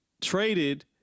traded